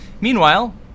Meanwhile